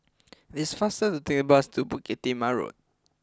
this faster to take the bus to Bukit Timah Road